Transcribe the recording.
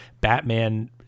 Batman